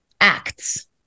acts